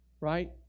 right